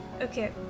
Okay